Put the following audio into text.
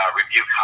review